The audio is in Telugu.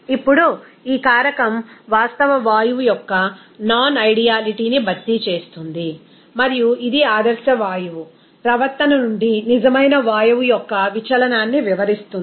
ఇప్పుడు ఈ కారకం వాస్తవ వాయువు యొక్క నాన్ ఐడియాలిటీని భర్తీ చేస్తుంది మరియు ఇది ఆదర్శ వాయువు ప్రవర్తన నుండి నిజమైన వాయువు యొక్క విచలనాన్ని వివరిస్తుంది